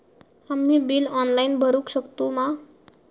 आम्ही bill online भरुक शकतू मा?